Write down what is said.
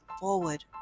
forward